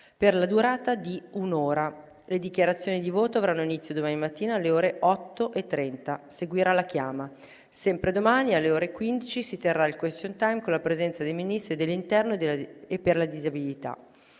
per la durata di un'ora. Le dichiarazioni di voto avranno inizio domani mattina alle ore 8,30. Seguirà la chiama. Sempre domani, alle ore 15, si terrà il *question-time* con la presenza dei Ministri dell'interno e per la disabilità.